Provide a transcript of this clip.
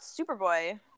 Superboy